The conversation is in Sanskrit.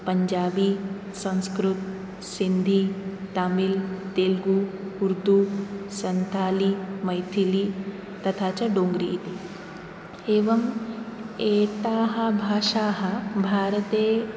पञ्जाबी संस्कृतम् सिन्धी तमिल् तेलगु उर्दू शान्थाली मैथिली तथा च डोङ्ग्री इति एवं एताः भाषाः भारते